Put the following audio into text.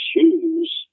shoes